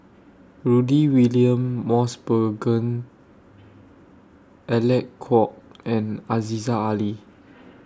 Rudy William Mosbergen Alec Kuok and Aziza Ali